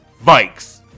Vikes